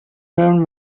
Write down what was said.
men